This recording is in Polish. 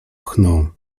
pchną